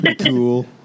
cool